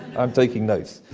i'm taking notes.